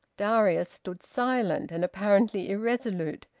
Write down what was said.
darius stood silent and apparently irresolute,